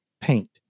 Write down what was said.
paint